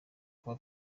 kuba